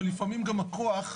ולפעמים גם הכוח,